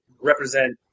represent